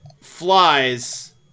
flies